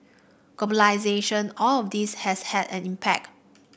globalisation all of this has had an impact